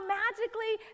magically